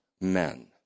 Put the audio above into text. men